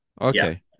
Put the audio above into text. Okay